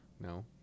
No